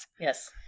Yes